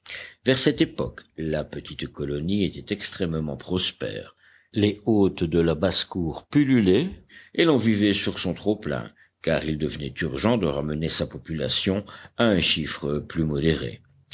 vers cette époque la petite colonie était extrêmement prospère les hôtes de la basse-cour pullulaient et l'on vivait sur son trop-plein car il devenait urgent de ramener sa population à un chiffre plus modéré